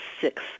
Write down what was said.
six